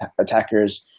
attackers